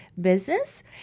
business